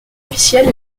officiels